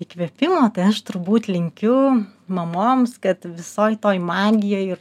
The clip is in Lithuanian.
įkvėpimo tai aš turbūt linkiu mamoms kad visoj toj magijoj ir